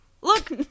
Look